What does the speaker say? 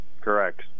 Correct